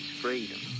freedom